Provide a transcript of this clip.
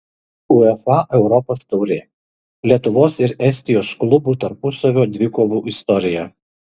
uefa europos taurė lietuvos ir estijos klubų tarpusavio dvikovų istorija